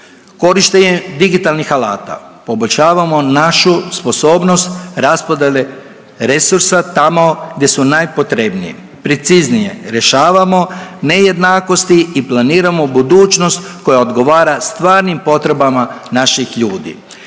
Korištenjem digitalnih alata poboljšavamo našu sposobnost raspodjele resursa tamo gdje su najpotrebniji. Preciznije, rješavamo nejednakosti i planiramo budućnost koja odgovora stvarnim potrebama naših ljudi.